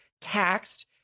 taxed